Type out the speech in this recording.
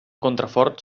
contrafort